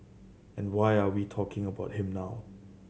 and why are we talking about him now